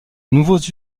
nouveaux